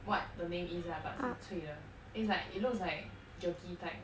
what the name is lah but 是脆的 it's like it looks like jerky type